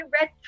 red